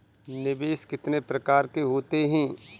निवेश कितने प्रकार के होते हैं?